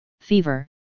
fever